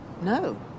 No